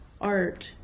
Art